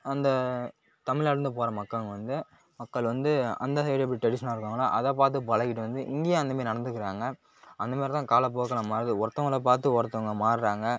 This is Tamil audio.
அந்த தமிழ்நாட்டில் இருந்து போகிற மக்களுங்கள் வந்து மக்கள் வந்து அந்த சைடு எப்படி டிரெஷனலாக இருக்காங்களோ அதை பார்த்து பழகிட்டு வந்து இங்கேயும் அந்த மாதிரி நடந்துக்கிறாங்க அந்த மாதிரி தான் காலப்போக்கில் நம்ம ஆளுகள் ஒருத்தங்களை பார்த்து ஒருத்தவங்க மாறுகிறாங்க